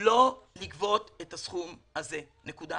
לא לגבות את הסכום הזה, נקודה.